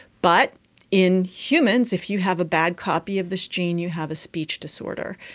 but in humans if you have a bad copy of this gene you have a speech disorder,